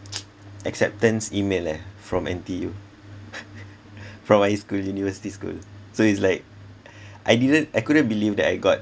acceptance email ah from N_T_U from my school university school so it's like I didn't I couldn't believe that I got